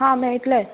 हां मेळटले